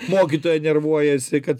mokytoja nervuojasi kad